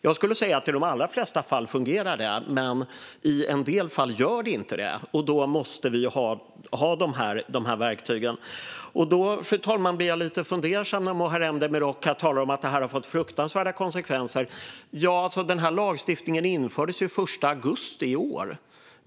Jag skulle säga att det fungerar i de allra flesta fall. Men i en del fall gör det inte det. Då måste vi ha verktygen. Fru talman! Jag blir lite fundersam när Muharrem Demirok talar om att detta har fått fruktansvärda konsekvenser. Lagstiftningen infördes ju den 1 augusti i år.